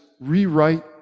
rewrite